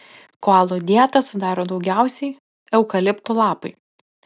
koalų dietą sudaro daugiausiai eukaliptų lapai